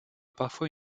parfois